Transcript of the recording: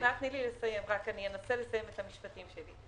תני לי לסיים, אנסה לסיים את המשפטים שלי.